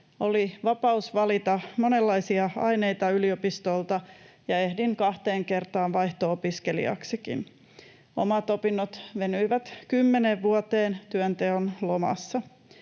Oli vapaus valita monenlaisia aineita yliopistolta, ja ehdin kahteen kertaan vaihto-opiskelijaksikin. Omat opinnot venyivät kymmeneen vuoteen työnteon lomassa.